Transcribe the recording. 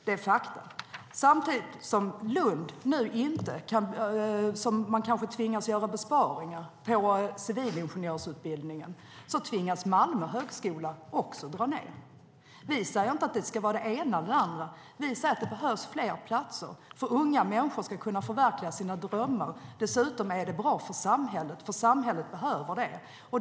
Det är fakta, och det vet Jan Björklund. Samtidigt som Lunds universitet nu kanske tvingas göra besparingar på civilingenjörsutbildningen tvingas Malmö högskola också dra ned. Vi säger inte att det ska vara det ena eller det andra. Vi säger att det behövs fler platser, så att unga människor ska kunna förverkliga sina drömmar. Dessutom är det bra för samhället, för samhället behöver det.